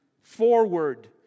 forward